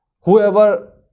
Whoever